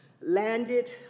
landed